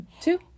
two